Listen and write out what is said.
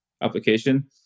application